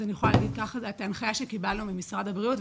אני יכולה להגיד מה ההנחיה שקיבלנו ממשרד הבריאות.